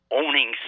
owning